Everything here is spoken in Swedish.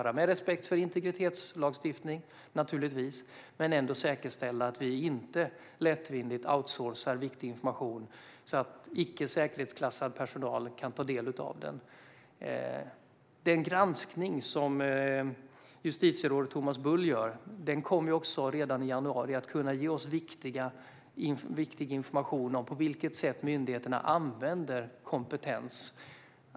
Det ska ske med respekt för integritetslagstiftning, naturligtvis, men vi ska ändå säkerställa att vi inte lättvindigt outsourcar viktig information så att icke säkerhetsklassad personal kan ta del av den. Den granskning som justitierådet Thomas Bull gör kommer redan i januari att kunna ge oss viktig information om hur myndigheterna använder kompetens.